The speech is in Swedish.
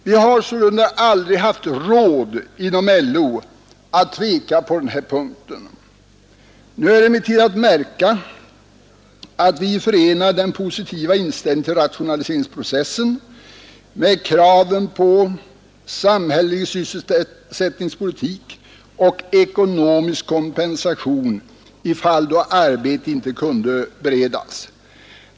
Vi har sålunda inom LO aldrig haft råd att tveka på denna punkt. Nu är det emellertid att märka att vi förenade den positiva inställningen till rationaliseringsprocessen med krav på samhällelig sysselsättningspolitik och ekonomisk kompensation i fall då arbete inte kunde beredas.